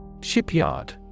Shipyard